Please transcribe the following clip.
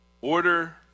order